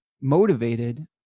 motivated